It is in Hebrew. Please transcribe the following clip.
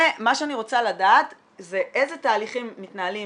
ומה שאני רוצה לדעת זה איזה תהליכים יתנהלו